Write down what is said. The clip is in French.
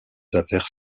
affaires